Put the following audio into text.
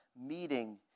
meeting